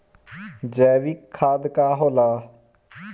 जैवीक खाद का होला?